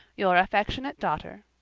your affectionate daughter,